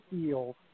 feel